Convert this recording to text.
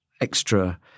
extra